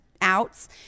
outs